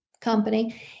company